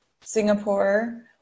Singapore